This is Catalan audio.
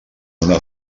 una